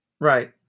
Right